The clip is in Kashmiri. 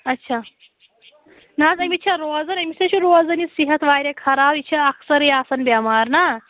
اچھا نا حظ أمِس چھا روزان أمِس ہَے چھِ روزانٕے صحت واریاہ خراب یہِ چھَ اَکثَر آسان بیٚمار نا